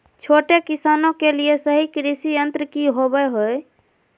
छोटे किसानों के लिए सही कृषि यंत्र कि होवय हैय?